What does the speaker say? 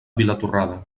vilatorrada